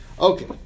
Okay